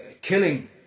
killing